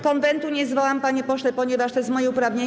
Konwentu nie zwołam, panie pośle, ponieważ to jest moje uprawnienie.